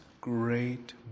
great